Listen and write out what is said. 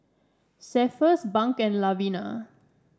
Cephus Bunk and Lavina